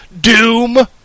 Doom